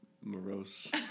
morose